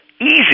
easy